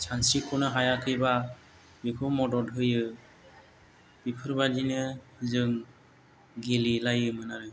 सानस्रिख'नो हायाखैबा बिखौ मदद होयो बेफोरबादिनो जों गेले लायोमोन आरो